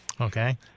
Okay